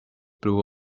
blue